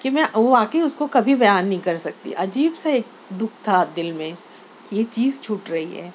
کہ میں واقعی اس کو کبھی بیان نہیں کر سکتی عجیب سا ایک دکھ تھا دل میں کہ یہ چیز چھوٹ رہی ہے